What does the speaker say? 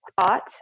thought